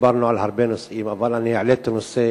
דיברנו על הרבה נושאים, והעליתי נושא